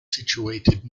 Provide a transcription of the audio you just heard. situated